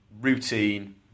routine